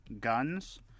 Guns